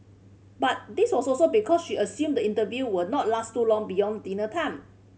but this was also because she assumed the interview will not last too long beyond dinner time